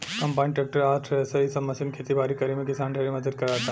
combine, tractor आ thresher इ सब मशीन खेती बारी करे में किसान ढेरे मदद कराता